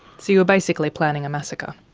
so you were basically planning a massacre?